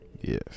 Yes